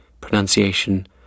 pronunciation